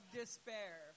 despair